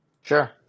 sure